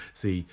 see